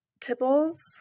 tipples